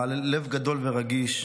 בעל לב גדול ורגיש,